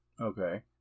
Okay